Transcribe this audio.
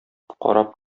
карап